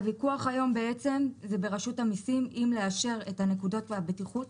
הוויכוח היום זה ברשות המיסים אם לאשר את הנקודות והבטיחות